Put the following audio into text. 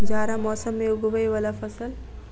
जाड़ा मौसम मे उगवय वला फसल?